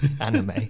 anime